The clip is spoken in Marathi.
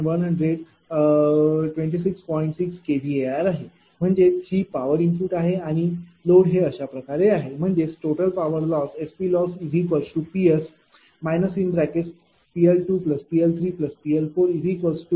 6 kVAr आहे म्हणजेच ही पॉवर इनपुट आहे आणि लोड हे अशाप्रकारे आहे म्हणजेच total power loss SPlossPs PL2PL3PL41557